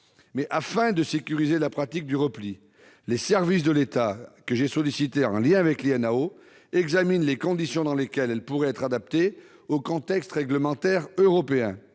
afin de sécuriser la pratique du repli, les services de l'État, que j'ai sollicités, en lien avec l'INAO, examinent les conditions dans lesquelles celles-ci pourraient être adaptées au contexte réglementaire européen.